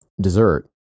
dessert